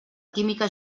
química